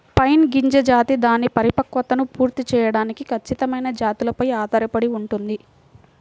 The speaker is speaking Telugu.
పైన్ గింజ జాతి దాని పరిపక్వతను పూర్తి చేయడానికి ఖచ్చితమైన జాతులపై ఆధారపడి ఉంటుంది